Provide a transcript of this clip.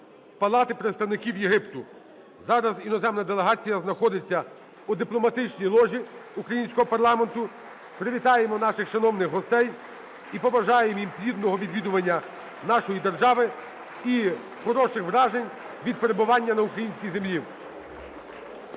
Палати представників Єгипту. Зараз іноземна делегація знаходиться у дипломатичній ложі українського парламенту. Привітаємо наших шановних гостей і побажаємо їм плідного відвідування нашої держави і хороших вражень від перебування на українській землі.